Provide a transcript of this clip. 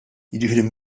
jiġifieri